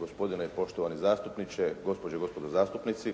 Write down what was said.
Gospodine poštovani zastupniče, gospođe i gospodo zastupnici.